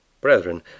Brethren